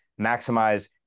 maximize